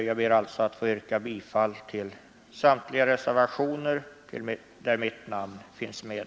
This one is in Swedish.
Jag ber alltså att få yrka bifall till samtliga reservationer där mitt namn finns med.